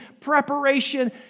preparation